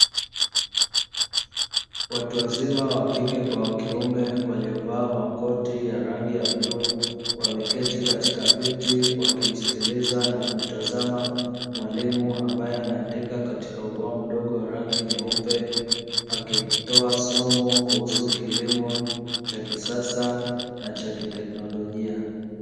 Watu wazima wakike kwa wakiume waliovaa makoti ya rangi ya bluu. Wameketi katika viti wakimsikiliza na kumtazama mwalimu ambaye anaandika katika ubao mdogo wa rangi nyeupe. Wakitoa somo kuhusu kilimo cha kisasa na cha kiteknolojia.